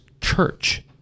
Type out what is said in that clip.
church